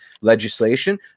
legislation